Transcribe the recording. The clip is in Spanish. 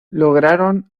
lograron